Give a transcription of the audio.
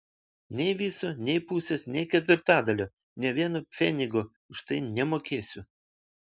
nei viso nei pusės nei ketvirtadalio nė vieno pfenigo už tai nemokėsiu